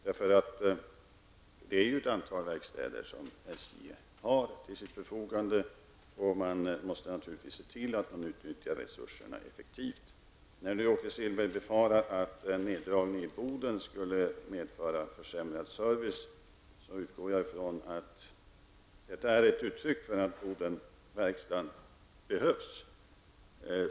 SJ har ju ett antal verkstäder till sitt förfogande, och man måste naturligtvis se till att utnyttja resurserna effektivt. Åke Selberg befarar att en neddragning i Boden skulle medföra en försämrad service. Jag utgår då från att detta är ett uttryck för att verkstaden i Boden behövs.